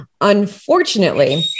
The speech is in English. Unfortunately